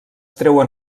treuen